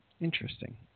Interesting